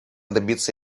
добиться